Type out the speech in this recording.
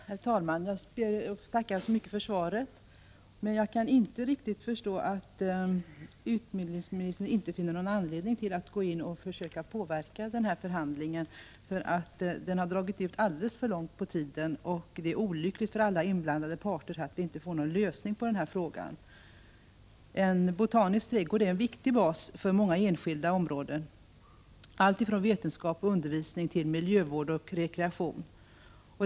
Herr talman! Jag ber att få tacka för svaret. Men jag kan inte riktigt förstå att utbildningsministern inte finner någon anledning att gå in och försöka påverka förhandlingen. Den har ju dragit ut alldeles för långt på tiden. Det är olyckligt för alla inblandade parter att man inte får en lösning på frågan. En botanisk trädgård är en viktig bas för många skilda områden — alltifrån vetenskap och undervisning till miljövård och rekreation.